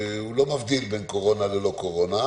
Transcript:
הוא לא מבדיל בין קורונה ללא קורונה,